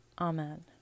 Amen